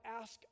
ask